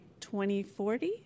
2040